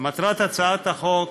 מטרת הצעת החוק